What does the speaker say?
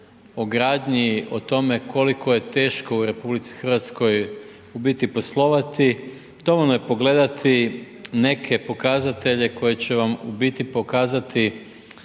o gradnji, o tome, koliko je teško u RH u biti poslovati, dovoljno je pogledati neke pokazatelje koji će vam u biti pokazati,